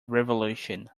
revolution